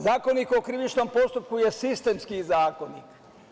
Zakonik o krivičnom postupku je sistemski zakon.